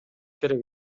керек